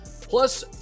plus